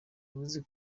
yavuze